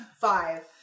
Five